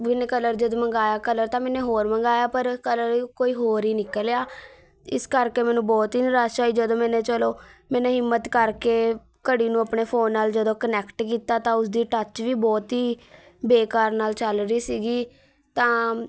win colour ਜਦੋਂ ਮੰਗਾਇਆ colour ਤਾਂ ਮੈਨੇ ਹੋਰ ਮੰਗਾਇਆ ਪਰ ਕਲਰ ਕੋਈ ਹੋਰ ਹੀ ਨਿਕਲਿਆ ਇਸ ਕਰਕੇ ਮੈਨੂੰ ਬਹੁਤ ਹੀ ਨਿਰਾਸ਼ਾ ਹੋਈ ਜਦੋਂ ਮੈਨੇ ਚਲੋ ਮੈਨੇ ਹਿੰਮਤ ਕਰਕੇ ਘੜੀ ਨੂੰ ਆਪਣੇ ਫੋਨ ਨਾਲ ਜਦੋਂ ਕਨੈਕਟ ਕੀਤਾ ਤਾਂ ਉਸ ਦੀ ਟੱਚ ਵੀ ਬਹੁਤ ਹੀ ਬੇਕਾਰ ਨਾਲ ਚੱਲ ਰਹੀ ਸੀਗੀ ਤਾਂ